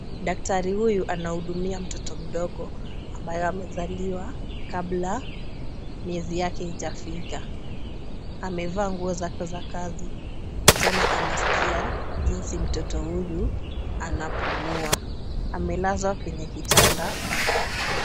Daktari huyu anahudumia mtoto mdogo amabaye amezaliwa kabla miezi yake haijafika. Amevaa nguo zake za kazi na tena anaskia jinsi mtoto huyu anapumua. Amelazwa kwenye kitanda.